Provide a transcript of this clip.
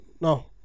No